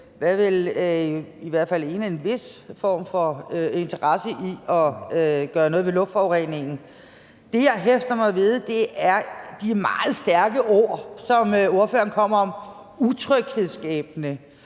hvad der i hvert fald lignede en vis form for interesse i at gøre noget ved luftforureningen. Det, jeg hæfter mig ved, er de meget stærke ord, der var – utryghedsskabende